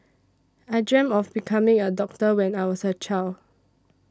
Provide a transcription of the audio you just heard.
I dreamt of becoming a doctor when I was a child